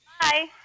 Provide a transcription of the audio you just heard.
Bye